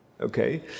Okay